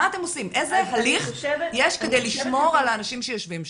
איזה הליך יש כדי לשמור על האנשים שיושבים שם?